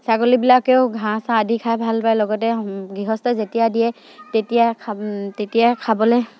ছাগলীবিলাকেও ঘাঁহ চাঁহ আদি খাই ভালপায় লগতে গৃহস্থই যেতিয়া দিয়ে তেতিয়াই তেতিয়াই খাবলৈ